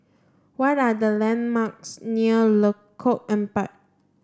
what are the landmarks near Lengkok Empat